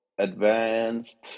advanced